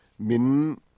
Min